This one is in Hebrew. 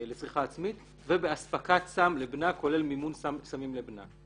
לצריכה עצמית ובהספקת סם לבנה כולל מימון סמים לבנה.